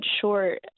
short